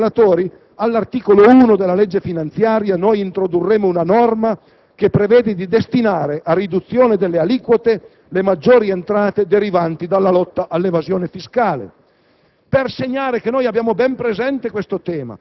Come hanno ricordato i relatori, all'articolo 1 della legge finanziaria introdurremo una norma che prevede di destinare a riduzione delle aliquote le maggiori entrate derivanti dalla lotta all'evasione fiscale.